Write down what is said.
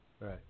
right